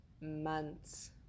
months